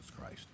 Christ